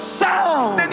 sound